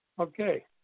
Okay